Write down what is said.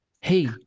Hey